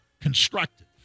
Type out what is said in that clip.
constructive